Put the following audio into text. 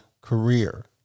career